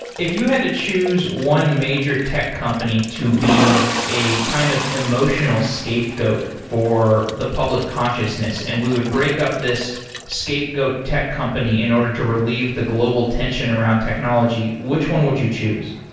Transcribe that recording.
if you had to choose one major tech company to be a kind of emotional scapegoat for the public consciousness and we would break up this scapegoat tech company in order to relieve the global tension around technology, which one would you choose?